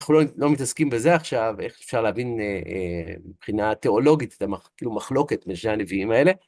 אנחנו לא מתעסקים בזה עכשיו, איך אפשר להבין מבחינה תיאולוגית את המחלוקת בין שני הנביאים האלה.